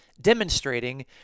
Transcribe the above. demonstrating